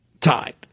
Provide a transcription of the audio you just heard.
Tied